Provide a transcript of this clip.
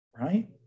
right